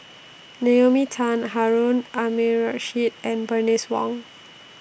Naomi Tan Harun Aminurrashid and Bernice Wong